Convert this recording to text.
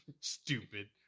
Stupid